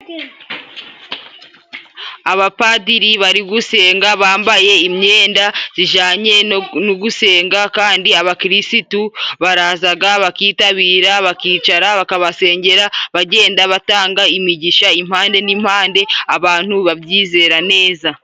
Abapadiri bari gusenga, bambaye imyenda zijanye no gusenga, kandi abakirisitu barazaga, bakitabira, bakicara, bakabasengera, bagenda batanga imigisha impande n'impande, abantu babyizera neza.